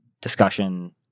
discussion